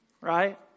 right